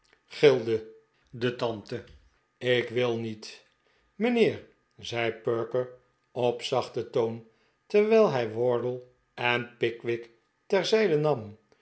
gilde de tante ik wil niet mijnheer zei perker op zachten toon terwiji hij wardle en pickwick ter zijde nam